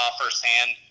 firsthand